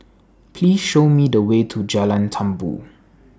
Please Show Me The Way to Jalan Tambur